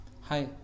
Hi